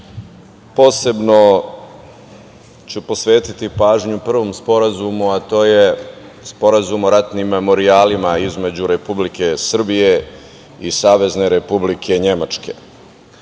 Posebno ću posvetiti pažnju prvom sporazumu, a to je Sporazum o ratnim memorijalima između Republike Srbije i Savezne Republike Nemačke. Na